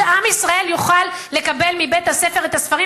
שעם ישראל יוכל לקבל מבית-הספר את הספרים.